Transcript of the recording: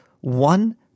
one